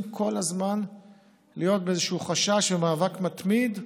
כל הזמן להיות באיזשהו חשש ובמאבק מתמיד.